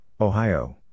Ohio